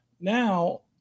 Now